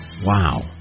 Wow